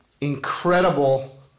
incredible